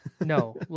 No